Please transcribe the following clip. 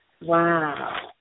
Wow